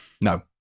no